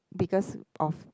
because of